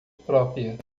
própria